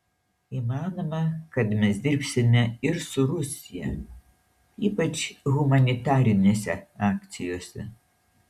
įmanoma kad mes dirbsime ir su rusija ypač humanitarinėse akcijose